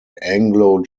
anglo